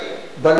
בנאים.